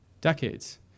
decades